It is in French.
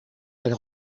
elle